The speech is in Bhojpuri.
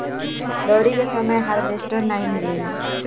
दँवरी के समय हार्वेस्टर नाइ मिलेला